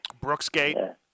Brooksgate